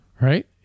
right